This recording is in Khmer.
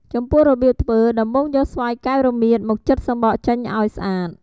ចំពោះរបៀបធ្វើ ដំបូងយកស្វាយកែវរមៀតមកចិតសំបកចេញឱ្យស្អាត។